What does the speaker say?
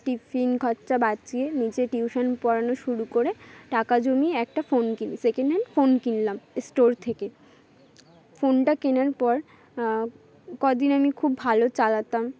tiffin খরচা বাঁচিয়ে নিজে টিউশন পড়ানো শুরু করে টাকা জমিয়ে একটা ফোন কিনি সেকেন্ড হ্যান্ড ফোন কিনলাম স্টোর থেকে ফোনটা কেনার পর কদিন আমি খুব ভালো চালাতাম